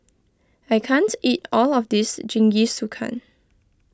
I can't eat all of this Jingisukan